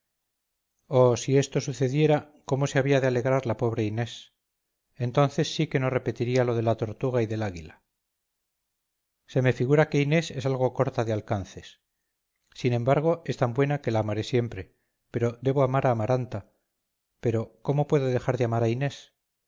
oh si esto sucediera cómo se había de alegrar la pobre inés entonces sí que no repetiría lo de la tortuga y del águila se me figura que inés es algo corta de alcances sin embargo es tan buena que la amaré siempre pero debo amar a amaranta pero cómo puedo dejar de amar a inés